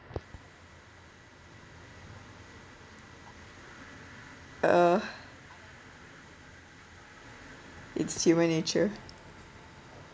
uh it's human nature